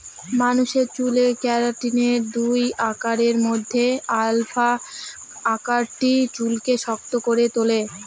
মানুষের চুলে কেরাটিনের দুই আকারের মধ্যে আলফা আকারটি চুলকে শক্ত করে তুলে